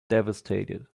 devastated